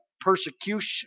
persecution